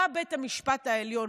בא בית משפט העליון,